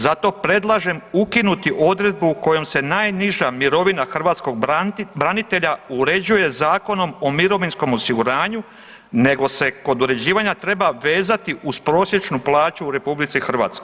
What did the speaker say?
Zato predlažem ukinuti odredbu kojom se najniža mirovina hrvatskog branitelja uređuje Zakonom o mirovinskom osiguranju, nego se kod uređivanja treba vezati uz prosječnu plaću u RH.